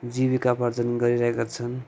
जीविकोपार्जन गरिरहेका छन्